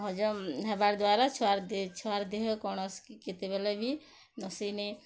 ହଜମ୍ ହେବାର୍ ଦ୍ଵାରା ଛୁଆର୍ ଦେହେ ଛୁଆର୍ ଦେହେ କୌଣସି କେତେବେଲେ ବି ନ ସନି